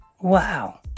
Wow